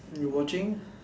you watching